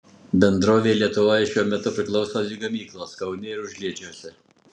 bendrovei lietuvoje šiuo metu priklauso dvi gamyklos kaune ir užliedžiuose